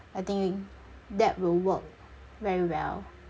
I think wi~ that will work very well